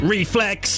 Reflex